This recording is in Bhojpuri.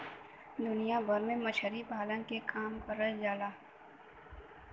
दुनिया भर में मछरी पालन के काम करल जाला